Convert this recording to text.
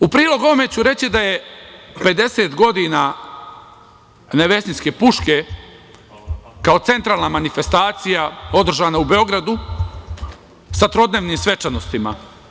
U prilog ovome ću reći da je 50 godina Nevesinjske puške kao centralna manifestacija održana u Beogradu sa trodnevnim svečanostima.